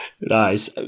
Nice